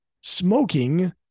smoking